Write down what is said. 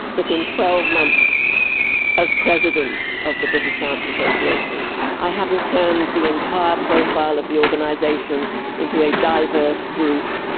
that in twelve months as president of the british science association i hadn't turned the entire profile of the organisation into a diverse group,